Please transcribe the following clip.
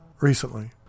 recently